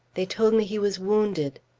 they told me he was wounded.